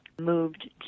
moved